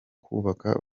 kubaka